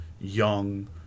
young